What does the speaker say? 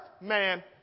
man